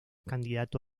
candidato